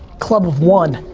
club of one.